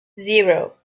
zero